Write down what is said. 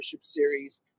series